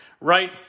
right